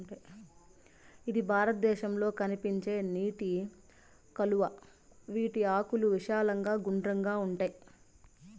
ఇది భారతదేశంలో కనిపించే నీటి కలువ, వీటి ఆకులు విశాలంగా గుండ్రంగా ఉంటాయి